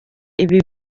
ibi